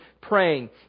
praying